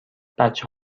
بچه